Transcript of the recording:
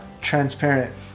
transparent